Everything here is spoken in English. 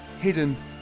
hidden